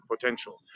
potential